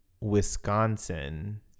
Wisconsin